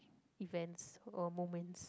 events or moments